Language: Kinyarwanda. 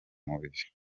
mubiri